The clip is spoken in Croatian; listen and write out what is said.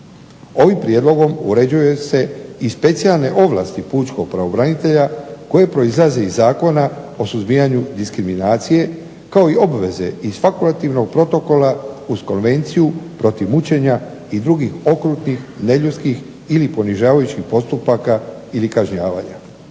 Ovim prijedlogom uređuju se i specijalne ovlasti pučkog pravobranitelja koji proizlazi iz Zakona o suzbijanju diskriminacije kao i obveze iz fakultativnog protokola uz Konvenciju protiv mučenja i drugih okrutnih, neljudskih ili ponižavajućih postupaka ili kažnjavanja.